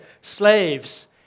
slaves